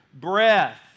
Breath